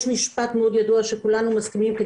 יש משפט מאוד ידוע שכולנו מסכימים עליו,